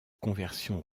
conversions